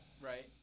Right